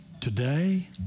today